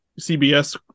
CBS